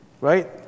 right